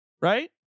right